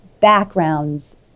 backgrounds